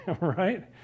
right